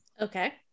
Okay